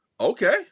Okay